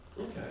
okay